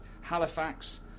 Halifax